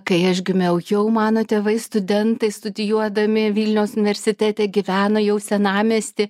kai aš gimiau jau mano tėvai studentai studijuodami vilniaus universitete gyveno jau senamiesty